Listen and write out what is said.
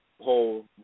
whole